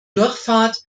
durchfahrt